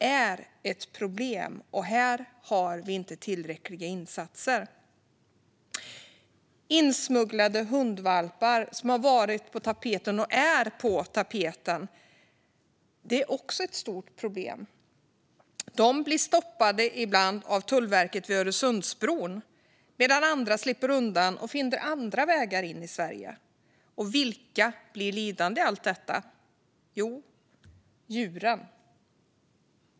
Det är ett problem, och där har vi inte tillräckliga insatser. Insmugglade hundvalpar, som har varit och är på tapeten, är också ett stort problem. En del smugglare blir stoppade av Tullverket vid Öresundsbron medan andra slipper undan och finner andra vägar in i Sverige. Vilka blir lidande i detta? Jo, djuren.